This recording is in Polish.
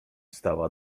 stała